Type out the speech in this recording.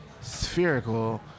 spherical